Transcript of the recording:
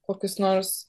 kokius nors